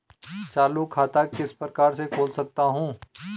चालू खाता किस प्रकार से खोल सकता हूँ?